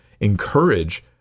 encourage